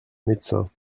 médecin